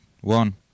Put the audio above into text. one